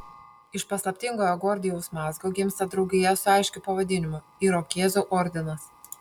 iš paslaptingojo gordijaus mazgo gimsta draugija su aiškiu pavadinimu irokėzų ordinas